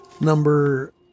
Number